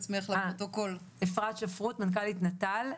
אפרת שפרוט מנכל"ית נט"ל,